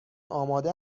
آماده